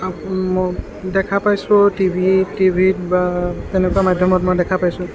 দেখা পাইছো টিভিত টিভিত বা সেনেকুৱা মাধ্যমত মই দেখা পাইছোঁ